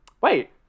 wait